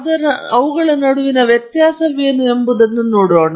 ಹಾಗಾಗಿ ಅವುಗಳ ನಡುವಿನ ವ್ಯತ್ಯಾಸವೇನು ಎಂಬುದನ್ನು ನಾವು ನೋಡುತ್ತೇವೆ